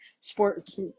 sports